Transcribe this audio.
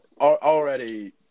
already